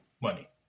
money